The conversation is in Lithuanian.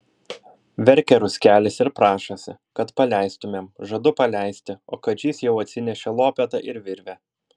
verkia ruskelis ir prašosi kad paleistumėm žadu paleisti o kadžys jau atsinešė lopetą ir virvę